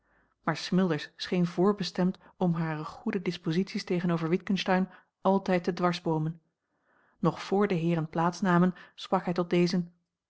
maar smilders scheen voorbestemd om hare goede disposities tegenover witgensteyn altijd te dwarsboomen nog vr de heeren plaats namen sprak hij tot dezen